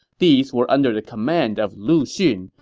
these were under the command of lu xun,